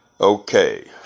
Okay